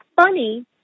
funny